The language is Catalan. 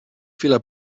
fila